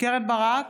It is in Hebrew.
קרן ברק,